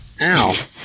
Ow